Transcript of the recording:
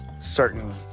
certain